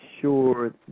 sure